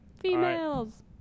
Females